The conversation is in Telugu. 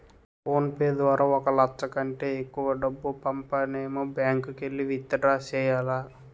ఫోన్ పే ద్వారా ఒక లచ్చ కంటే ఎక్కువ డబ్బు పంపనేము బ్యాంకుకెల్లి విత్ డ్రా సెయ్యాల